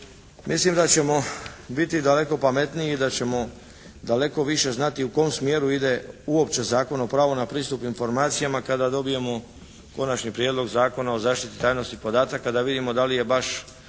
mislim da ćemo biti daleko pametniji i da ćemo daleko više znati u kom smjeru ide uopće Zakon o pravu na pristup informacijama kada dobijemo Konačni prijedlog zakona o zaštiti tajnosti podataka da vidimo da li je baš